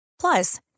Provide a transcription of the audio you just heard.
Plus